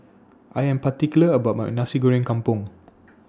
I Am particular about My Nasi Goreng Kampung